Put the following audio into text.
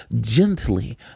gently